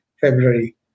February